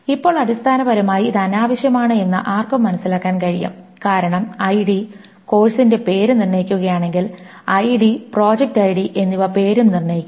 ഇപ്പോൾ അടിസ്ഥാനപരമായി ഇത് അനാവശ്യമാണ് എന്ന് ആർക്കും മനസ്സിലാക്കാൻ കഴിയും കാരണം ഐഡി കോഴ്സിന്റെ പേര് നിർണ്ണയിക്കുകയാണെങ്കിൽ ഐഡി പ്രോജക്റ്റ് ഐഡി എന്നിവ പേരും നിർണയിക്കുന്നു